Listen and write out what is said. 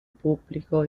pubblico